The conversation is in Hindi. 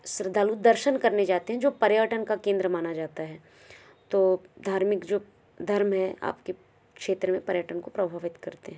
श्रद्धालु दर्शन करने जाते हैं जो पर्यटन का केंद्र माना जाता है तो धार्मिक जो धर्म हैं आपके क्षेत्र में पर्यटन को प्रभावित करते हैं